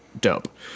dope